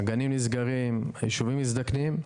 הגנים נסגרים, היישובים מזדקנים.